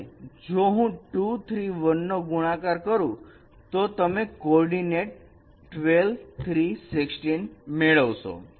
અને જો હું 2 3 1 નો ગુણાકાર કરું તો તમે કોઓર્ડીનેટ 12 3 16 મેળવશો